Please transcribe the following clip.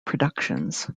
productions